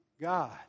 God